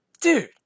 dude